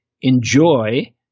Enjoy